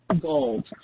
gold